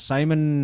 Simon